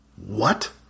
What